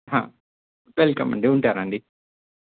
welcome అండి ఉంటానండి